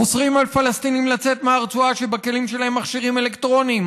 אוסרים על פלסטינים לצאת מהרצועה כשבכלים שלהם מכשירים אלקטרוניים,